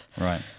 right